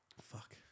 fuck